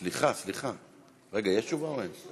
סליחה, יש תשובה או אין?